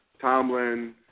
Tomlin